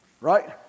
right